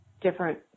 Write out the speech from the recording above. different